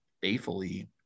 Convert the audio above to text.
faithfully